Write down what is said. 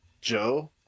Joe